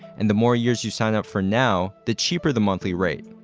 and the more years you sign up for now, the cheaper the monthly rate.